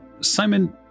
Simon